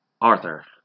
Arthur